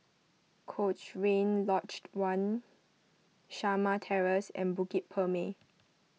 Cochrane Lodge one Shamah Terrace and Bukit Purmei